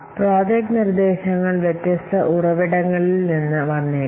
project നിർദ്ദേശങ്ങൾ വ്യത്യസ്ത ഉറവിടങ്ങളിൽ നിന്ന് വന്നേക്കാം